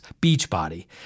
Beachbody